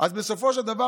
אז בסופו של דבר,